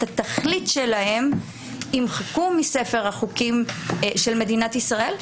התכלית שלהם יימחקו מספר החוקים של מדינת ישראל,